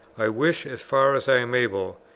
i wish, as far as i am able,